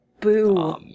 boo